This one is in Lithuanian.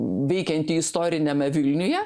veikiantį istoriniame vilniuje